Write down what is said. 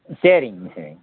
சரிங்க சரிங்க